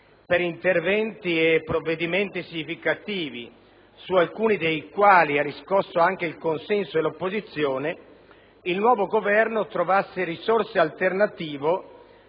per interventi e provvedimenti significativi (su alcuni dei quali ha riscosso anche il consenso dell'opposizione), trovasse risorse alternative